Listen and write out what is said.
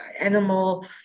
animal